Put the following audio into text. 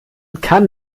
kann